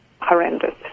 horrendous